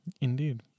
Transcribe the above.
Indeed